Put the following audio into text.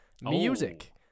Music